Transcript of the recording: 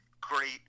great